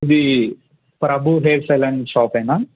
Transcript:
ఇది ప్రభుదేవ్ సెలూన్ షాపేనా